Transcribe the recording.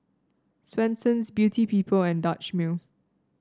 Swensens Beauty People and Dutch Mill